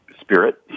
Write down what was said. spirit